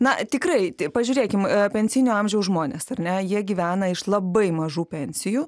na tikrai pažiūrėkim pensinio amžiaus žmonės ar ne jie gyvena iš labai mažų pensijų